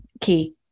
key